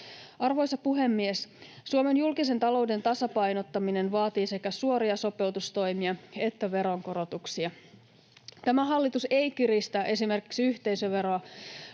Arvoisa puhemies! Suomen julkisen talouden tasapainottaminen vaatii sekä suoria sopeutustoimia että veronkorotuksia. Tämä hallitus ei kiristä esimerkiksi yhteisöveroa